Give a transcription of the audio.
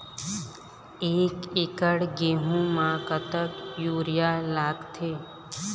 एक एकड़ गेहूं म कतक यूरिया लागथे?